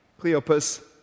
Cleopas